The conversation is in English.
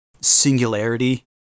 singularity